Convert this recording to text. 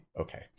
okay